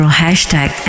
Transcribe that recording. hashtag